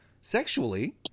sexually